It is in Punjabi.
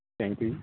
ਥੈਂਕ ਯੂ ਜੀ